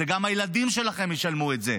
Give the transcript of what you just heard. גם הילדים שלכם ישלמו את זה.